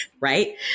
right